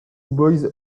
boys